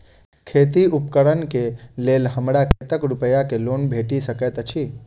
खेती उपकरण केँ लेल हमरा कतेक रूपया केँ लोन भेटि सकैत अछि?